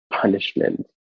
punishment